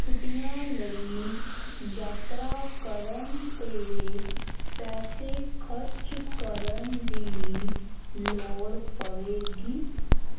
ਛੁੱਟੀਆਂ ਲਈ ਯਾਤਰਾ ਕਰਨ ਅਤੇ ਪੈਸੇ ਖ਼ਰਚ ਕਰਨ ਦੀ ਲੋੜ ਪਵੇਗੀ